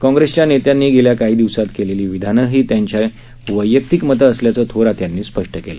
काँग्रेसच्या नेत्यांनी गेल्या काही दिवसांत केलेली विधानं ही त्यांची वष्टक्तिक मतं असल्याचं थोरात यांनी स्पष्ट केलं